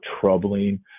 troubling